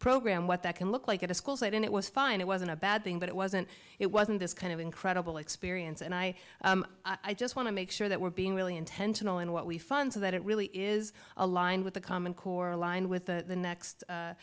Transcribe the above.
program what that can look like at a school site and it was fine it wasn't a bad thing but it wasn't it wasn't this kind of incredible experience and i i just want to make sure that we're being really intentional in what we fund so that it really is aligned with the common core aligned with the next